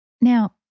Now